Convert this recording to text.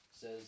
says